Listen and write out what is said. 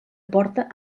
porta